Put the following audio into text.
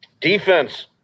Defense